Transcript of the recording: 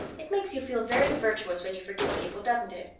it makes you feel very virtuous when you forgive people, doesn't it?